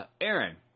Aaron